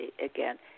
Again